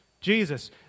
Jesus